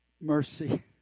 mercy